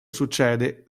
succede